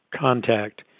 contact